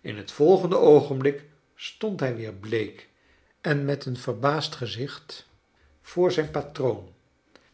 in het volgende oogenblik stond hij weer bleek en met een verbaasd gezicht voor zijn patroon